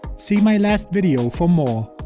see my last video for more.